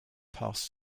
past